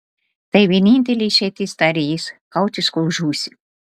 tai vienintelė išeitis tarė jis kautis kol žūsi